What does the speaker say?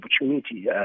opportunity